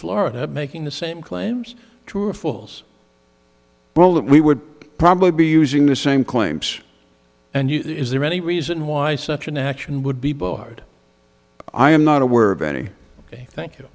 florida making the same claims to a false well that we would probably be using the same claims and is there any reason why such an action would be barred i am not aware of any way thank you